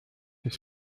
ist